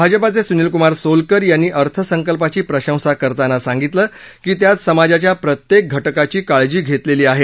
भाजपाचे सुनील कुमार सोलकर यांनी अर्थसंकल्पाची प्रशंसा करताना सांगितलं की त्यात समाजाच्या प्रत्येक घटकाची काळजी घेतलेली आहे